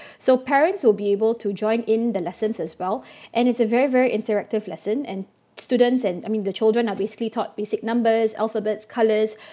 so parents will be able to join in the lessons as well and it's a very very interactive lesson and students and I mean the children are basically taught basic numbers alphabets colours